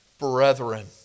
brethren